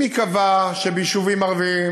אם ייקבע שביישובים ערביים